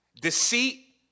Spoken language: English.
deceit